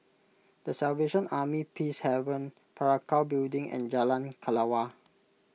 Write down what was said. the Salvation Army Peacehaven Parakou Building and Jalan Kelawar